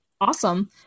Awesome